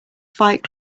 fight